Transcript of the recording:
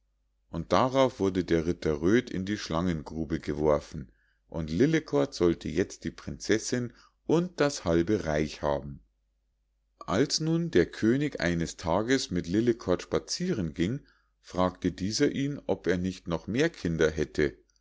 und darauf wurde der ritter röd in die schlangengrube geworfen und lillekort sollte jetzt die prinzessinn und das halbe reich haben als nun der könig eines tages mit lillekort spazieren ging fragte dieser ihn ob er nicht noch mehr kinder hätte